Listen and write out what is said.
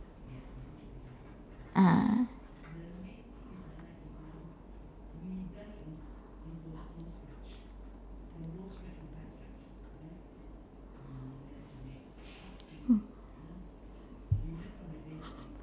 ah